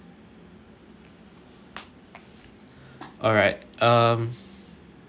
alright um